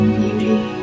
beauty